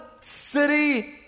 city